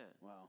Wow